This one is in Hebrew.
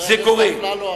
חבר הכנסת אפללו,